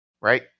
Right